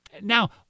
Now